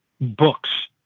books